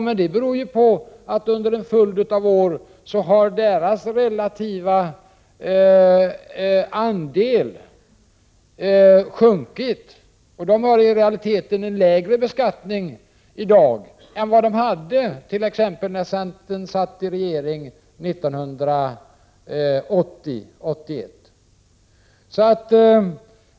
Men det beror ju på att de tunga fordonens relativa andel sjunkit under en följd av år. De hari dag i realiteten en lägre beskattning än de hade t.ex. när centern satt med i regeringen 1980-1981.